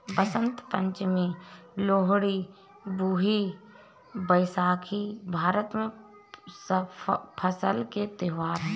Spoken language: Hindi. बसंत पंचमी, लोहड़ी, बिहू, बैसाखी भारत में फसल के त्योहार हैं